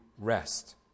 Rest